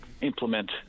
implement